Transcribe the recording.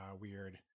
weird